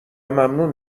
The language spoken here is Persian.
ممنون